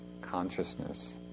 consciousness